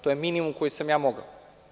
To je minimum koji sam mogao.